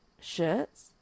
Shirts